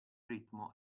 ritmo